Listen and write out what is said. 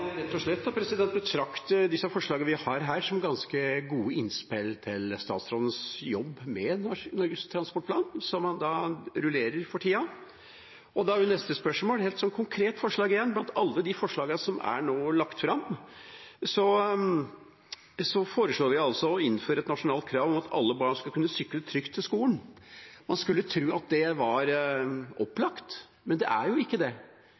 rett og slett betrakte disse forslagene vi har her som ganske gode innspill til statsrådens jobb med Nasjonal transportplan, som han rullerer for tida. Da gjelder neste spørsmål, helt sånn konkret, et forslag: Blant alle de forslagene som nå er lagt fram, foreslår vi å innføre et nasjonalt krav om at alle barn skal kunne sykle trygt til skolen. Man skulle tro at det var opplagt, men det er ikke det.